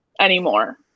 anymore